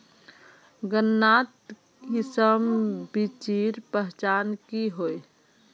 गन्नात किसम बिच्चिर पहचान की होय?